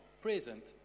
present